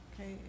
Okay